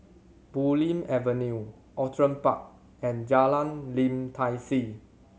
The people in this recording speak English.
Bulim Avenue Outram Park and Jalan Lim Tai See